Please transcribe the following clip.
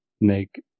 make